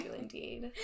indeed